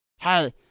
Hey